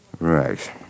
Right